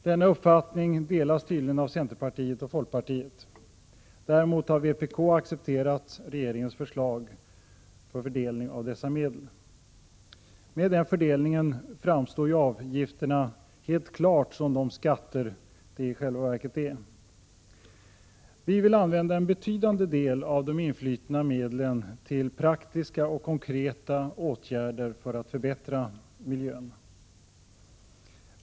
Denna uppfattning delas tydligen av centerpartiet och folkpartiet. Däremot har vpk accepterat regeringens förslag till fördelning av dessa medel. Med regeringens fördelning framstår avgifterna helt klart som de skatter de i själva verket är. Vi vill använda en betydande del av de influtna medlen till praktiska och konkreta åtgärder för att förbättra miljön.